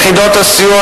יחידות הסיוע,